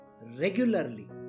regularly